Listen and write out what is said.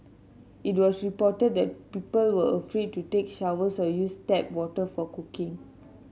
it was reported that people were afraid to take showers or use tap water for cooking